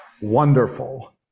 wonderful